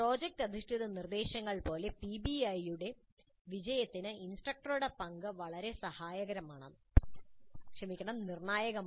project അധിഷ്ഠിത നിർദ്ദേശങ്ങൾ പോലെ പിബിഐയുടെ വിജയത്തിന് ഇൻസ്ട്രക്ടറുടെ പങ്ക് വളരെ നിർണായകമാണ്